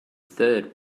third